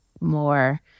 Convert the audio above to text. more